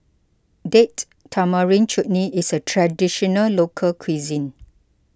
Date Tamarind Chutney is a Traditional Local Cuisine